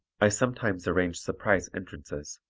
i sometimes arrange surprise entrances,